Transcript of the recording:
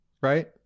right